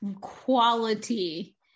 quality